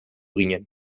ginen